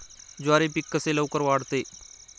ज्वारी पीक कसे लवकर वाढते?